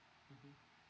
mmhmm